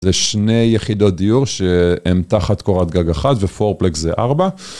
זה שני יחידות דיור שהם תחת קורת גג אחת ופורפלק זה ארבע.